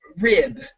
rib